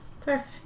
perfect